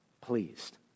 pleased